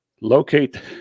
locate